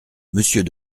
monsieur